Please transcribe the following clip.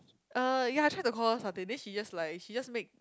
uh ya I try to call her satay then she just like she just make